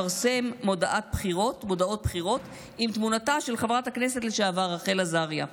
לפרסם מודעות בחירות עם תמונתה של חברת הכנסת לשעבר רחל עזריה,